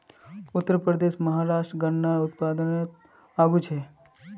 उत्तरप्रदेश, महाराष्ट्र गन्नार उत्पादनोत आगू छे